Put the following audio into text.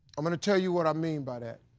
i'm gonna tell you what i mean by that.